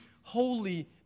holy